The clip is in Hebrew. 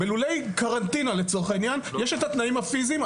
בלולי קרנטינה יש תנאים פיזיים,